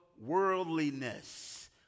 worldliness